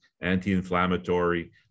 anti-inflammatory